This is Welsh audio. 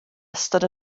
ystod